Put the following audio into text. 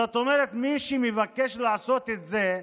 זאת אומרת, מי שמבקש לעשות את זה,